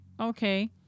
okay